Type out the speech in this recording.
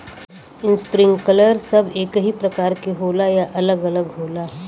Sprinkler सब एकही प्रकार के होला या अलग अलग होला?